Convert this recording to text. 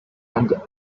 and